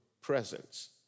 Presence